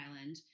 Island